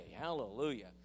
hallelujah